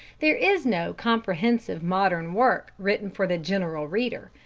there is no comprehensive modern work written for the general reader.